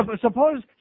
Suppose